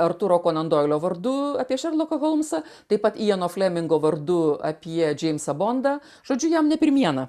artūro konon doilio vardu apie šerloką holmsą taip pat ijano flemingo vardu apie džeimsą bondą žodžiu jam ne pirmiena